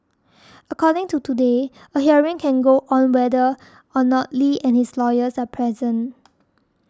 according to Today a hearing can go on whether or not Li and his lawyers are present